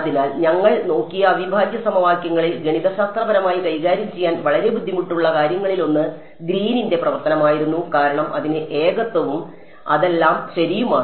അതിനാൽ ഞങ്ങൾ നോക്കിയ അവിഭാജ്യ സമവാക്യങ്ങളിൽ ഗണിതശാസ്ത്രപരമായി കൈകാര്യം ചെയ്യാൻ വളരെ ബുദ്ധിമുട്ടുള്ള കാര്യങ്ങളിലൊന്ന് ഗ്രീനിന്റെ പ്രവർത്തനമായിരുന്നു കാരണം അതിന് ഏകത്വവും അതെല്ലാം ശരിയുമാണ്